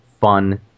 fun